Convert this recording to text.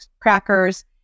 crackers